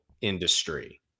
industry